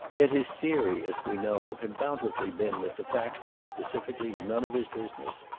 yet his theory, as we know, had bountifully been that the facts were specifically none of his business,